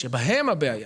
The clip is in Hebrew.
שבהם הבעיה,